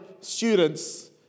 students